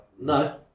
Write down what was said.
no